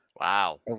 Wow